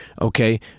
okay